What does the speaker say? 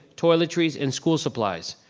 toiletries, and school supplies.